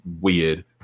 weird